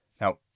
Now